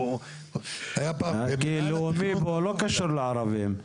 כי לאומי פה לא קשור לערבים,